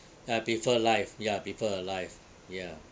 I prefer life ya prefer a life ya